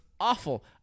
Awful